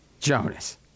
Jonas